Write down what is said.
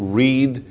read